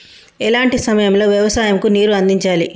ఎలాంటి సమయం లో వ్యవసాయము కు నీరు అందించాలి?